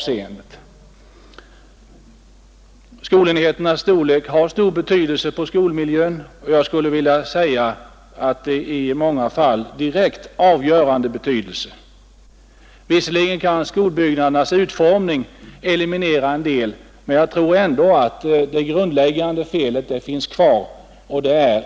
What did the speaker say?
Skolenheternas storlek har väsentlig betydelse för skolmiljön, och jag skulle vilja säga att de i många fall har direkt avgörande inverkan. Visserligen kan skolbyggnadernas utformning något minska denna inver kan, men det grundläggande felet — alltför stora enheter — kvarstår.